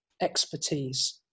expertise